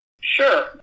Sure